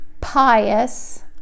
pious